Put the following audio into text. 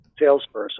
salesperson